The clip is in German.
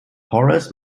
horace